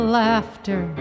laughter